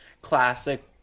classic